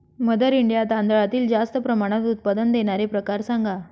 mother India तांदळातील जास्त प्रमाणात उत्पादन देणारे प्रकार सांगा